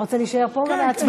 אתה רוצה להישאר פה להצבעה?